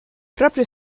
proprio